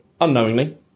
unknowingly